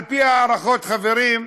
על-פי הערכות, חברים,